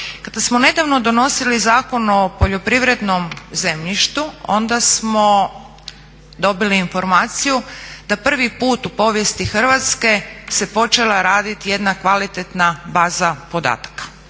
Kada smo nedavno donosili Zakon o poljoprivrednom zemljištu onda smo dobili informaciju da prvi put u povijesti Hrvatske se počela raditi jedna kvalitetna baza podataka.